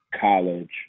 college